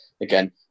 again